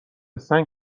سنگ